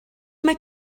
mae